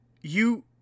You-